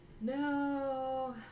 No